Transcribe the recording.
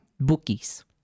bookies